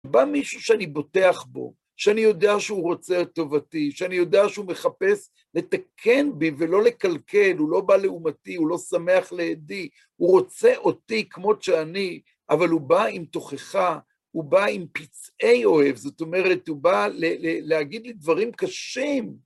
בא מישהו שאני בוטח בו, שאני יודע שהוא רוצה את טובתי, שאני יודע שהוא מחפש לתקן בי ולא לקלקל, הוא לא בא לאומתי, הוא לא שמח לאדי, הוא רוצה אותי כמו שאני, אבל הוא בא עם תוכחה, הוא בא עם פצעי אוהב, זאת אומרת, הוא בא להגיד לי דברים קשים.